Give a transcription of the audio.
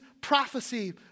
prophecy